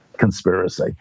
conspiracy